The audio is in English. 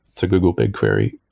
to google bigquery,